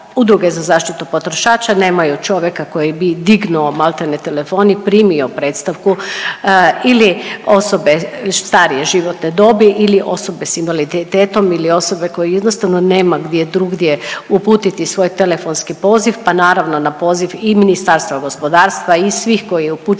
udruge za zaštitu potrošača nemaju čovjeka koji bi dignuo maltene telefon i primio predstavku ili osobe starije životne dobi ili osobe s invaliditetom ili osobe koje jednostavno nema gdje drugdje uputiti svoj telefonski poziv pa naravno na poziv i Ministarstva gospodarstva i svih koji je upućuju